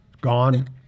Gone